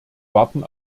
warten